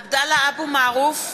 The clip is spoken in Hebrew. (קוראת בשמות חברי הכנסת) עבדאללה אבו מערוף,